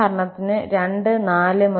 ഉദാഹരണത്തിന് 2 4